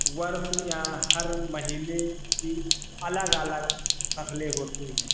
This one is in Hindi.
वर्ष या हर महीने की अलग अलग फसलें होती है